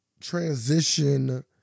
transition